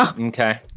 Okay